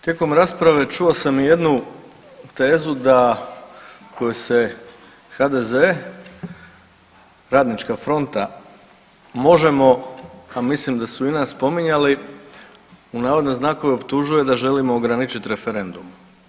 Tijekom rasprave čuo sam i jednu tezu da u kojoj se HDZ, Radnička fronta, Možemo, a mislim da su i nas spominjali u navodne znakove optužuju da želimo ograničit referendum.